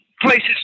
places